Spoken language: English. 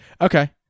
okay